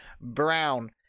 Brown